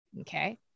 okay